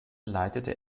leitete